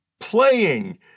playing